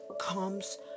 comes